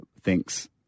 thinks